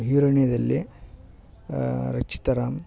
ಹಿರೋಣಿದಲ್ಲಿ Rachita Ram